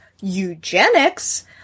eugenics